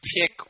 pick